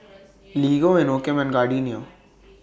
Lego Inokim and Gardenia